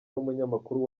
n’umunyamakuru